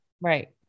Right